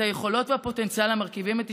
היכולות והפוטנציאל המרכיבים את אישיותו.